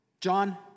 John